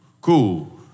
Cool